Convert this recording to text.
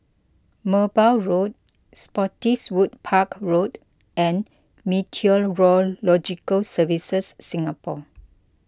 Merbau Road Spottiswoode Park Road and Meteorological Services Singapore